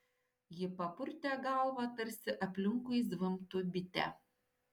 ji papurtė galvą tarsi aplinkui zvimbtų bitė